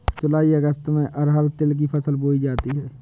जूलाई अगस्त में अरहर तिल की फसल बोई जाती हैं